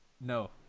No